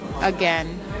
again